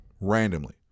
randomly